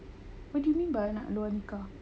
what do you mean by anak luar nikah